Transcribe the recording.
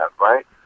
right